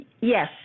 Yes